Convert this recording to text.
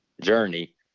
journey